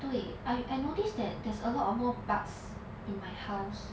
对 I I noticed that there's a lot of more bugs in my house